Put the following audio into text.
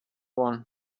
one